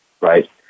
right